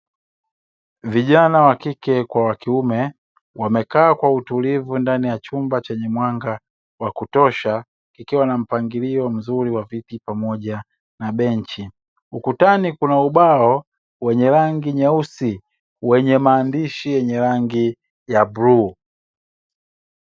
Vijana wakike kwa wakiume wamekaa kwa utulivu ndani ya chumba chenye mwanga wa kutosha kikiwa na mpangilio mzuri wa viti pamoja na benchi, ukutani kuna ubao wenye rangi nyeusi wenye maandishi ya rangi ya bluu.